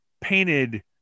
painted